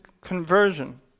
conversion